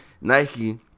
Nike